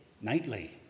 nightly